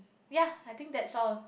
ya I think that's all